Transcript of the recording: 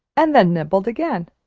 and then nibbled again,